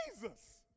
Jesus